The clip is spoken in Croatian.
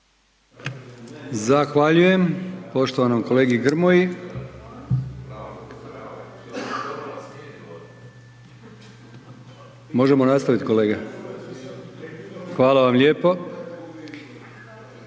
Zahvaljujem poštovanom kolegi Grmoji. Možemo nastavit kolega? Hvala vam lijepo.